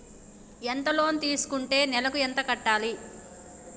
ఎంత లోన్ తీసుకుంటే నెలకు ఎంత కట్టాలి?